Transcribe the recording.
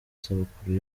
isabukuru